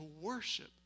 worship